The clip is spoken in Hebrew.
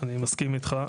אני מסכים איתך.